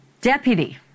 deputy